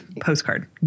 postcard